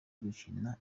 gukina